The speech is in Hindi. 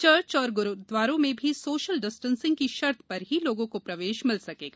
चर्च और गुरूद्वारों में भी सोशल डिस्टेंसिंग की शर्त पर ही लोगों को प्रवेश मिल सकेगा